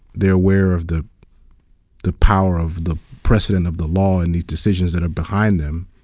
they're aware of the the power of the precedent of the law and these decisions that are behind them.